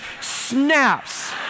snaps